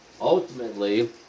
ultimately